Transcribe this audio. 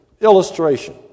illustration